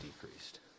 decreased